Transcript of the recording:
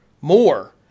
more